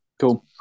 Cool